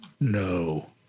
No